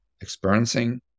experiencing